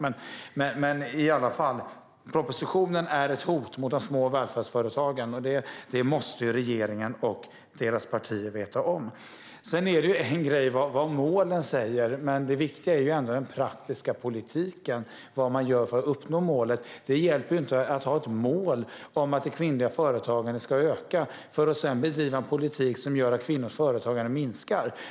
Propositionen är i alla fall ett hot mot de små välfärdsföretagen. Det måste regeringen och dess partier veta om. Det är en grej vad målen säger. Det viktiga är ändå vad man gör för att uppnå målen, alltså den praktiska politiken. Det hjälper inte att ha ett mål om att det kvinnliga företagandet ska öka om man sedan bedriver en politik som gör att kvinnors företagande minskar.